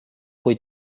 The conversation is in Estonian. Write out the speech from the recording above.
kui